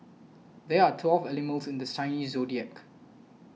there are twelve animals in this Chinese zodiac